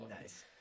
nice